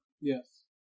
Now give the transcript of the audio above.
Yes